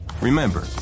Remember